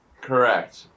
Correct